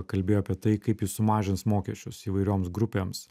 kalbėjo apie tai kaip jis sumažins mokesčius įvairioms grupėms